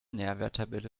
nährwerttabelle